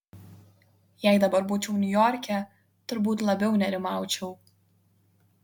jei dabar būčiau niujorke turbūt labiau nerimaučiau